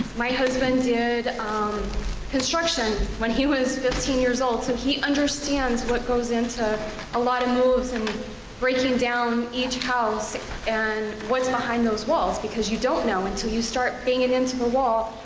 my husband did construction when he was fifteen years old so he understand what goes into a lot of moves and breaking down each house and what's behind those walls because you don't know until you start banging into the wall,